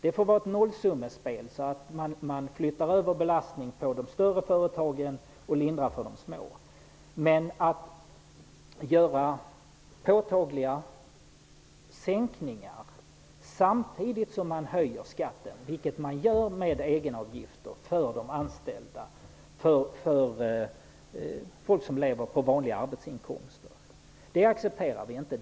Det får vara ett nollsummespel så att man flyttar över belastning på de större företagen och lindrar för de mindre. Att man gör påtagliga sänkningar samtidigt som man höjer skatten, vilket sker med egenavgifter för de anställda, för folk som lever på vanliga arbetsinkomster, accepterar vi inte.